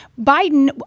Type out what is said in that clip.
biden